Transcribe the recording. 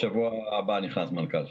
בשבוע הבא נכנס מנכ"ל חדש.